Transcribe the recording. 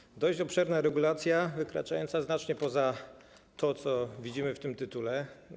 Jest to dość obszerna regulacja, wykraczająca znacznie poza to, co widzimy w tytule.